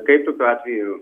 kaip tokiu atveju